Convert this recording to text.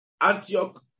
Antioch